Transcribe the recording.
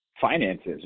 finances